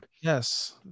Yes